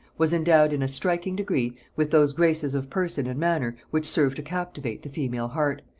was endowed in a striking degree with those graces of person and manner which serve to captivate the female heart,